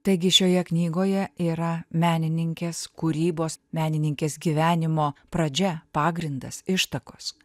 taigi šioje knygoje yra menininkės kūrybos menininkės gyvenimo pradžia pagrindas ištakos